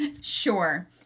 Sure